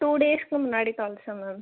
two டேஸ்க்கு முன்னாடி தொலைச்சேன் மேம்